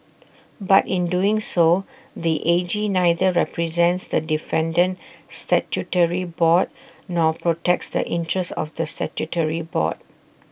but in doing so the A G neither represents the defendant statutory board nor protects the interests of the statutory board